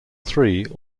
three